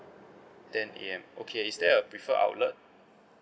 ten A_M okay is there a preferred outlet